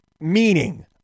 meaning